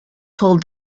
told